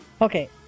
Okay